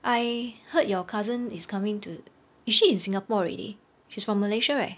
I heard your cousin is coming to is she in singapore already she's from malaysia right